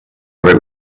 wrote